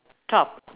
top